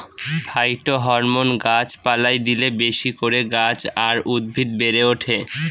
phytohormone গাছ পালায় দিলে বেশি করে গাছ আর উদ্ভিদ বেড়ে ওঠে